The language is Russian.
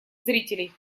зрителей